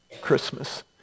Christmas